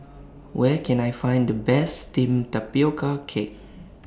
Where Can I Find The Best Steamed Tapioca Cake